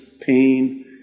pain